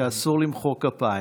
ממך למדתי שאסור למחוא כפיים.